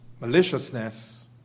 maliciousness